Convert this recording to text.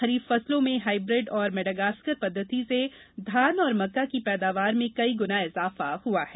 खरीफ फसलों में हाईब्रिड और मेडागास्कर पद्धति से धान और मक्का की पैदावार में कई गुना इजाफा हुआ है